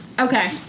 okay